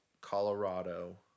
Colorado